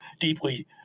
deeply